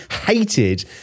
hated